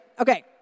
Okay